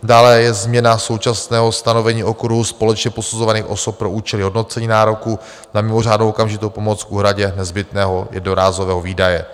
Dále je změna současného stanovení okruhu společně posuzovaných osob pro účely hodnocení nároku na mimořádnou okamžitou pomoc k úhradě nezbytného jednorázového výdaje.